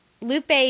Lupe